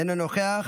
אינו נוכח,